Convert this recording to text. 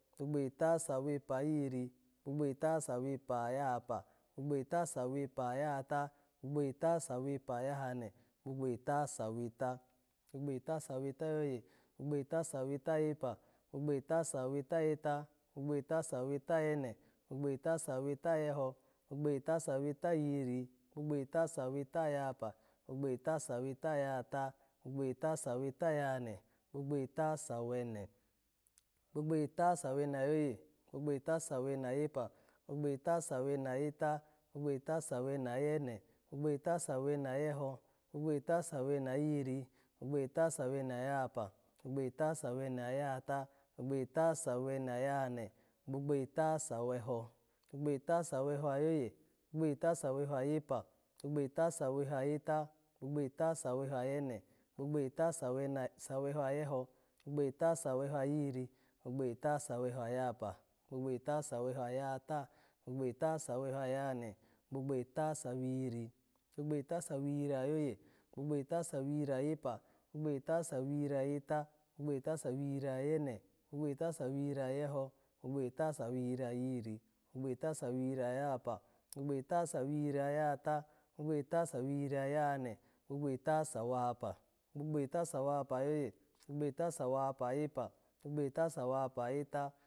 Gbogbo eta sawepa ayihiri, gbogbo eta sawepa ayahapa, gbogbo eta sawepa ayahata, gbogbo eta sawepa ayahane, gbogbo eta saweta, gbogbo eta saweta ayoye, gbogbo eta saweta ayepa, gbogbo eta saweta ayeta, gbogbo eta saweta ayene, gbogbo eta saweta ayeho, gbogbo eta saweta ayihiri, gbogbo eta saweta ayahapa, gbogbo eta saweta ayahata, gbogbo eta saweta ayahane, gbogbo eta sawene, gbogbo eta sawene ayoye, gbogbo eta sawene ayepa, gbogbo eta sawene ayeta, gbogbo eta sawene ayene, gbogbo eta sawene ayeho, gbogbo eta sawene ayihiri, gbogbo eta sawene ayahapa, gbogbo eta sawene ayahata, gbogbo eta sawene ayahane, gbogbo eta saweho, gbogbo eta saweho ayoye, gbogbo eta saweho ayepa, gbogbo eta saweho ayeta, gbogbo eta saweho ayene, gbogbo eta saweho ayeho, gbogbo eta saweho ayihiri, gbogbo eta saweho ayahapa, gbogbo eta saweho ayahata, gbogbo eta saweho ayahane, ogbogbo eta sawihiri, gbogbo eta sawihiri ayoye, gbogbo eta sawihiri ayepa, gbogbo eta sawihiri ayeta, gbogbo eta sawihiri ayene, gbogbo eta sawihiri ayeho, gbogbo eta sawihiri ayihiri, gbogbo eta sawihiri ayahapa, gbogbo eta sawihiri ayahata gbogbo eta sawihiri ayahane, gbogbo eta sawahapa, gbogbo eta sawahapa ayoye, gbogbo eta sawahapa ayepa, gbogbo eta sawahapa ayeta